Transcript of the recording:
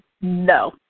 No